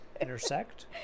intersect